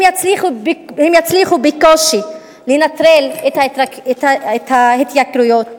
הן יצליחו בקושי לנטרל את ההתייקרויות.